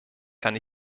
kann